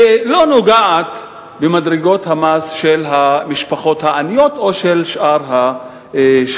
ולא נוגעת במדרגות המס של המשפחות העניות או של שאר השכבות.